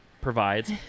provides